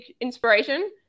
inspiration